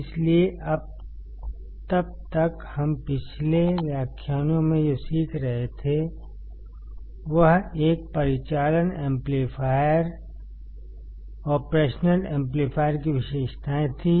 इसलिए तब तक हम पिछले व्याख्यानों में जो सीख रहे थे वह एक परिचालन एम्पलीफायर की विशेषताएँ थीं